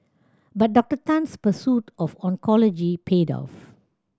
but Doctor Tan's pursuit of oncology paid off